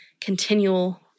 continual